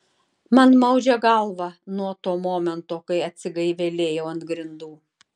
man maudžia galvą nuo to momento kai atsigaivelėjau ant grindų